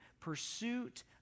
pursuit